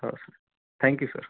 हो sir thank you sir